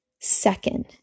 second